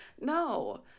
no